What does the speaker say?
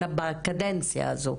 אלא בקדנציה הזו,